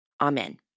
Amen